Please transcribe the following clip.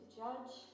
judge